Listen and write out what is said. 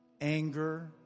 anger